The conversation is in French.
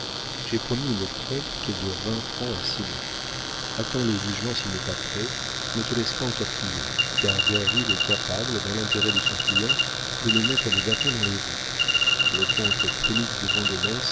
j'ai promis une prompte de vingt francs à simon attends le jugement s'il n'est pas prêt ne te laisse pas entortiller car derville est capable dans l'intérêt de son client de nous mettre des bâtons dans les roues le comte félix de